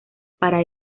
para